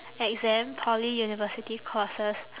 exam poly university courses